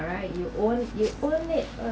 right you owned you owned it uh